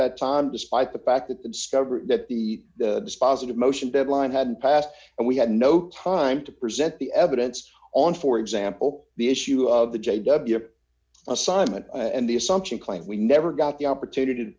that time despite the fact that the discovery that the dispositive motion deadline had passed and we had no time to present the evidence on for example the issue of the j ws assignment and the assumption claim we never got the opportunity to